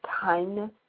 kindness